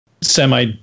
semi